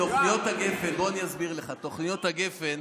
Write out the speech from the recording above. תוכניות הגפ"ן,